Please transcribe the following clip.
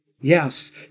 Yes